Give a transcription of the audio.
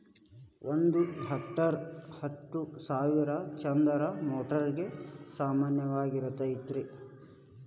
ಒಂದ ಹೆಕ್ಟೇರ್ ಹತ್ತು ಸಾವಿರ ಚದರ ಮೇಟರ್ ಗ ಸಮಾನವಾಗಿರತೈತ್ರಿ